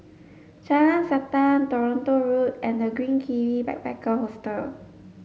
Jalan Siantan Toronto Road and The Green Kiwi Backpacker Hostel